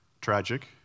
tragic